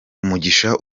umugisha